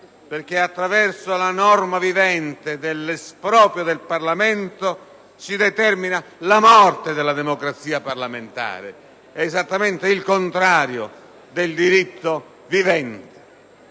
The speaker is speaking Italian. perché attraverso la norma vivente dell'esproprio del Parlamento si determina la morte della democrazia parlamentare: esattamente il contrario del diritto vivente.